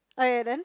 (aiya) then